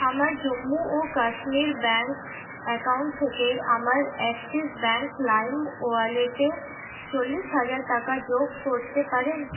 আমার জম্মু ও Kashmir bank account থেকে আমার অ্যাক্সিস ব্যাঙ্ক লাইম ওয়ালেটে চল্লিশ হাজার টাকা যোগ করতে পারেন